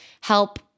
help